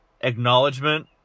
Acknowledgement